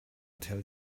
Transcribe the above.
tell